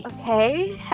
okay